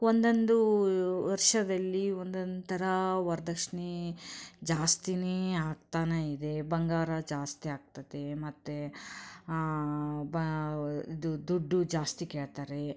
ಒಂದೊಂದು ವರ್ಷದಲ್ಲಿ ಒಂದೊಂಥರ ವರ್ದಕ್ಷಿಣೆ ಜಾಸ್ತಿನೇ ಆಗ್ತಾನೇಯಿದೆ ಬಂಗಾರ ಜಾಸ್ತಿ ಆಗ್ತದೆ ಮತ್ತು ಬ ಇದು ದುಡ್ಡು ಜಾಸ್ತಿ ಕೇಳ್ತಾರೆ